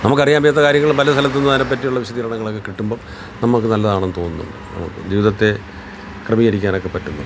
നമുക്ക് അറിയാൻ വയ്യാത്ത കാര്യങ്ങൾ പല സ്ഥലത്തു നിന്നും അതിനെ പറ്റിയുള്ള വിശദീകരണങ്ങളൊക്കെ കിട്ടുമ്പം നമുക്ക് നല്ലതാണെന്നു തോന്നും നമുക്ക് ജീവിതത്തെ ക്രമീകരിക്കാനൊക്കെ പറ്റുന്നുണ്ട്